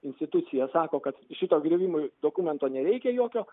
institucija sako kad šito griuvimui dokumento nereikia jokio